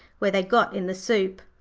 where they got in the soup.